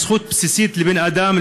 זכות בסיסית לבן-אדם,